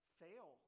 fail